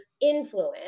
influence